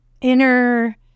inner